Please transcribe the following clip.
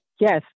Yes